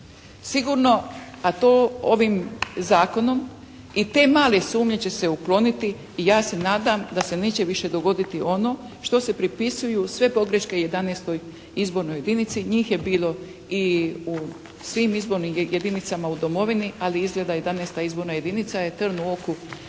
Sigurno a to ovim zakonom i te male sumnje će se ukloniti i ja se nadam da se neće više dogoditi ono što se pripisuju sve pogreške 11 izbornoj jedinici, njih je bilo i u svim izbornim jedinicama u domovini ali izgleda 11 izborna jedinica je trn u oku